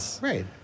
right